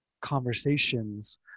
conversations